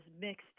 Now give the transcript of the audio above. mixed